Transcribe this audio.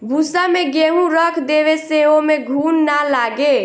भूसा में गेंहू रख देवे से ओमे घुन ना लागे